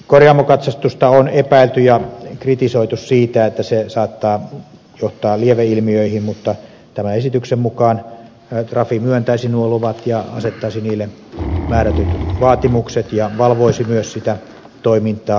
korjaamokatsastusta on epäilty ja kritisoitu siitä että se saattaa johtaa lieveilmiöihin mutta tämän esityksen mukaan trafi myöntäisi nuo luvat ja asettaisi niille määrätyt vaatimukset ja myös valvoisi sitä toimintaa